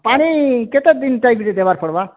ପାଣି କେତଦିନ୍ ଟାଇପ୍ରେ ଦେବାର୍ ପଡ଼ବା